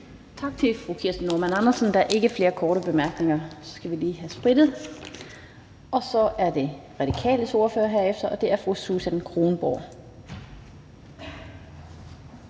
Tak til fru Kirsten Normann Andersen. Der er ikke flere korte bemærkninger. Så skal vi lige have sprittet af. Så er det De Radikales ordfører, og det er fru Susan Kronborg.